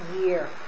year